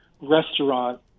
restaurant